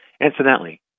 incidentally